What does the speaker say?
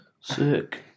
Sick